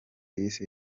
yise